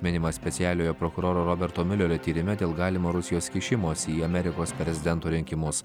minimas specialiojo prokuroro roberto miulerio tyrime dėl galimo rusijos kišimosi į amerikos prezidento rinkimus